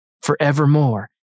forevermore